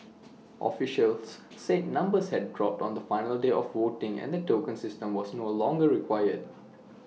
officials said numbers had dropped on the final day of voting and the token system was no longer required